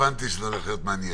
וגם דעותיי ידועות.